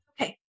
Okay